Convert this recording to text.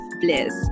Bliss